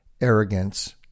arrogance